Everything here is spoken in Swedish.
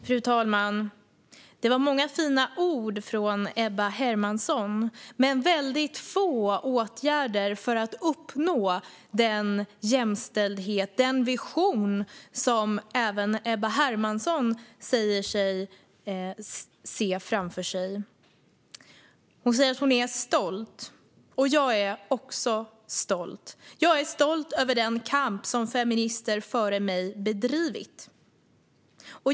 Fru talman! Det var många fina ord från Ebba Hermansson men väldigt få åtgärder för att uppnå den vision om jämställdhet som även Ebba Hermansson säger sig se framför sig. Hon säger att hon är stolt. Jag är också stolt. Jag är stolt över den kamp som feminister före mig har bedrivit.